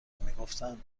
میگفتند